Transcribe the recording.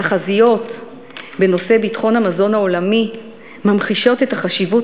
התחזיות בנושא ביטחון המזון העולמי ממחישות את החשיבות